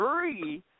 three